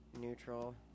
neutral